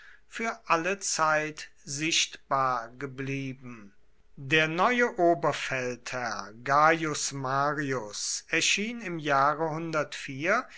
für alle zeit sichtbar geblieben der neue oberfeldherr gaius marius erschien im jahre